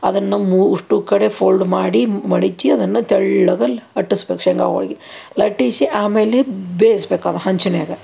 ಅದನ್ನು ಮು ಅಷ್ಟೂ ಕಡೆ ಫೋಲ್ಡ್ ಮಾಡಿ ಮಡಚಿ ಅದನ್ನು ತೆಳ್ಳಗೆ ಲಟ್ಟಸ್ಬೇಕ್ ಶೇಂಗಾ ಹೋಳ್ಗೆ ಲಟ್ಟಿಸಿ ಆಮೇಲೆ ಬೇಯ್ಸ್ಬೇಕು ಅದು ಹಂಚಿನಾಗ